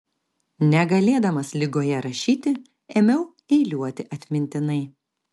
negalėdamas ligoje rašyti ėmiau eiliuoti atmintinai